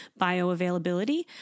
bioavailability